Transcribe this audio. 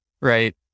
right